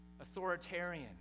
authoritarian